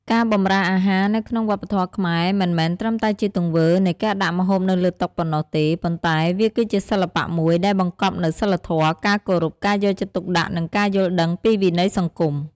ការបម្រើអាហារនៅក្នុងវប្បធម៌ខ្មែរ មិនមែនត្រឹមតែជាទង្វើនៃការដាក់ម្ហូបនៅលើតុប៉ុណ្ណោះទេ ប៉ុន្តែវាគឺជាសិល្បៈមួយដែលបង្កប់នូវ សីលធម៌ ការគោរព ការយកចិត្តទុកដាក់ និងការយល់ដឹងពីវិន័យសង្គម។